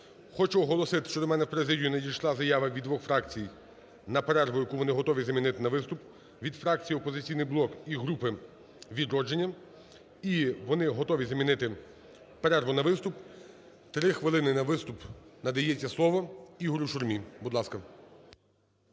Хочу оголосити, що до мене в президію надійшла заява від двох фракцій на перерву, яку вони готові замінити на виступ, - від фракції "Опозиційний блок" і групи "Відродження". І вони готові замінити перерву на виступ. 3 хвилини на виступ. Надається слово Ігорю Шурмі, будь ласка.